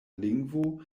lingvo